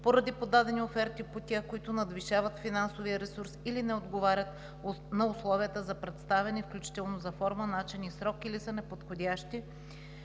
поради подадени оферти по тези, които надвишават финансовия ресурс или не отговарят на условията за представяне, включително за форма, начин и срок, или са неподходящи